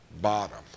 bottom